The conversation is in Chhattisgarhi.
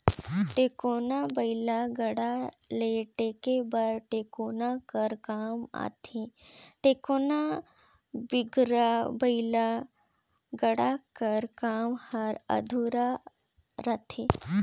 टेकोना बइला गाड़ा ल टेके बर टेकोना कर काम आथे, टेकोना बिगर बइला गाड़ा कर काम हर अधुरा रहथे